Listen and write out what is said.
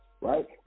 right